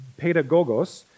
pedagogos